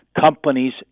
companies